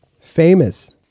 Famous